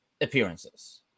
appearances